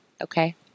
okay